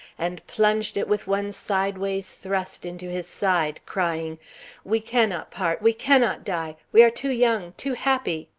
and plunged it with one sideways thrust into his side, crying we cannot part, we cannot die, we are too young, too happy!